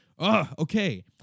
Okay